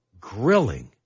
grilling